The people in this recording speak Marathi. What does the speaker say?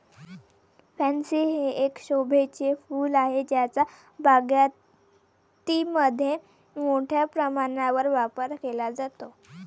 पॅन्सी हे एक शोभेचे फूल आहे ज्याचा बागायतीमध्ये मोठ्या प्रमाणावर वापर केला जातो